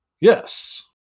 Yes